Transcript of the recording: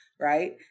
right